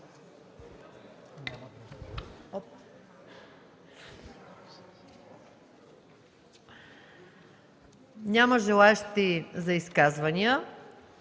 Няма желаещи за изказвания.